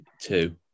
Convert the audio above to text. two